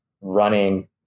running